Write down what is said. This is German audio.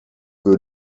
für